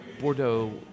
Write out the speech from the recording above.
Bordeaux